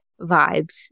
vibes